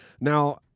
Now